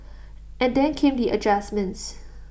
and then came the adjustments